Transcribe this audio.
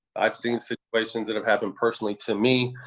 i've seen situations that have happened personally to me.